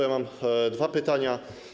Ja mam dwa pytania.